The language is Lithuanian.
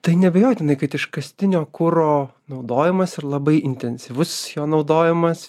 tai neabejotinai kad iškastinio kuro naudojimas ir labai intensyvus jo naudojimas